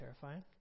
terrifying